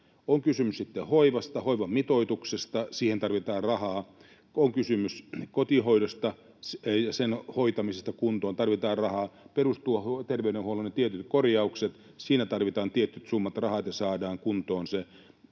On kysymys sitten hoivasta, hoivan mitoituksesta, siihen tarvitaan rahaa. On kysymys kotihoidosta ja sen hoitamisesta kuntoon, tarvitaan rahaa. Perusterveydenhuollon tietyt korjaukset, siihen tarvitaan tietyt summat rahaa, että saadaan kuntoon,